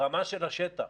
ברמה של השטח,